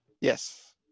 Yes